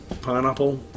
pineapple